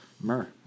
myrrh